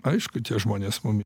aišku tie žmonės mum